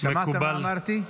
שמעת מה אמרתי?